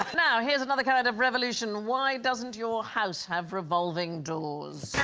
now, here's another kind of revolution. why doesn't your house have revolving doors?